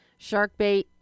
Sharkbait